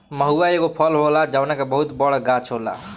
महुवा एगो फल होला जवना के बहुते बड़ गाछ होला